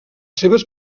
seves